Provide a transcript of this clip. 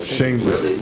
Shameless